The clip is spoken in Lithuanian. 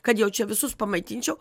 kad jau čia visus pamaitinčiau